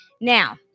now